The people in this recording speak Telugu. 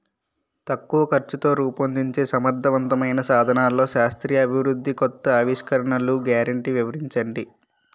తక్కువ ఖర్చుతో రూపొందించే సమర్థవంతమైన సాధనాల్లో శాస్త్రీయ అభివృద్ధి కొత్త ఆవిష్కరణలు గ్యారంటీ వివరించండి?